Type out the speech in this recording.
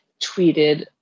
tweeted